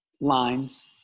lines